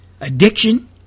addiction